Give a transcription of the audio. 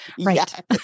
right